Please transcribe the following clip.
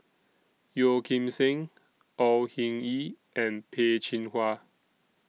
Yeo Kim Seng Au Hing Yee and Peh Chin Hua